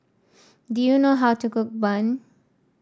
do you know how to cook bun